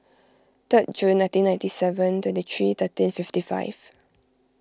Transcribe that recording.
third June nineteen ninety seven twenty three thirteen fifty five